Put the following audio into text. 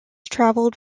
traveled